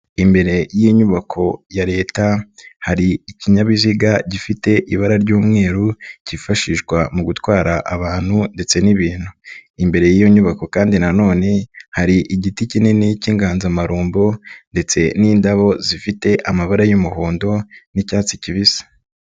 Imbere y'inyubako ya Leta hari ikinyabiziga gifite ibara ry'umweru kifashishwa mu gutwara abantu ndetse n'ibintu. Imbere y'iyo nyubako kandi nanone hari igiti kinini k'inganzamarumbo ndetse n'indabo zifite amabara y'umuhondo n'icyatsi kibisi.